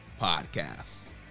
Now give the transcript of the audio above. podcasts